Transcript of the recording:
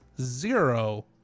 zero